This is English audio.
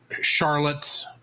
Charlotte